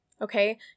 okay